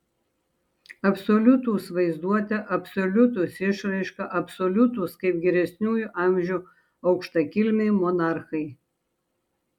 absoliutūs vaizduote absoliutūs išraiška absoliutūs kaip geresniųjų amžių aukštakilmiai monarchai